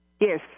Yes